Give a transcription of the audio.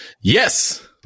Yes